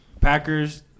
Packers